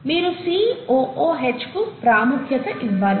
మీరు COOH కు ప్రాముఖ్యత ఇవ్వాలి